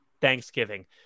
Thanksgiving